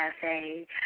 Cafe